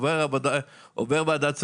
הוא עובר ועדת צר"ם,